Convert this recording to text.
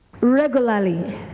Regularly